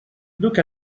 look